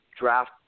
Draft